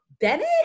Bennett